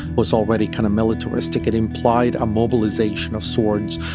was already kind of militaristic. it implied a mobilization of sorts,